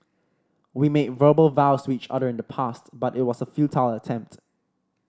we made verbal vows with each other in the past but it was a futile attempt